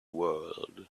world